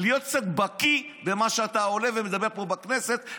להיות קצת בקי במה שאתה עולה ומדבר פה בכנסת,